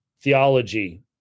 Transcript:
theology